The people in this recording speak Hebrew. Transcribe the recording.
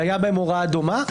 שהייתה בהם הוראה דומה.